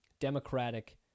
democratic